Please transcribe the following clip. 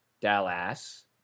Dallas